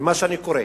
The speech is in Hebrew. וממה שאני קורא.